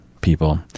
people